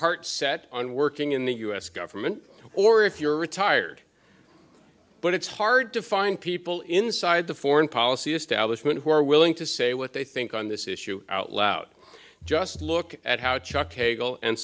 heart set on working in the u s government or if you're retired but it's hard to find people inside the foreign policy establishment who are willing to say what they think on this issue out loud just look at how